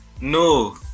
No